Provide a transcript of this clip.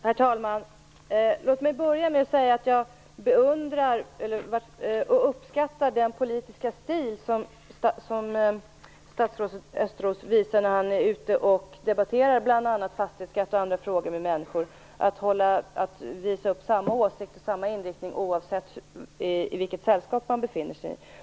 Herr talman! Låt mig börja med att säga att jag uppskattar den politiska stil som statsrådet Östros visar när han är ute och debatterar bl.a. fastighetsskatten och andra frågor med människor, att visa upp samma åsikt och samma inriktning oavsett i vilket sällskap han befinner sig i.